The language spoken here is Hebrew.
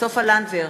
סופה לנדבר,